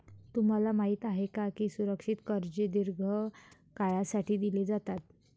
तुम्हाला माहित आहे का की सुरक्षित कर्जे दीर्घ काळासाठी दिली जातात?